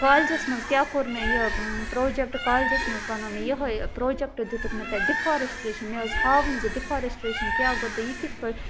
کالجَس منٛز کیٛاہ کوٚر مےٚ یہِ پرٛوجیکٹ کالَجس منٛزَ بنوو مےٚ یِہَے پرٛوجَیکٹ دِتُکھ مےٚ تَتہِ ڈِفارسٹریشَن مےٚ ٲسۍ ہاوٕنۍ زِ ڈِفارسٹریشَن کیٛاہ گوٚو تہٕ یہِ کِتھٕ پٲٹھۍ